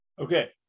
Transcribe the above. Okay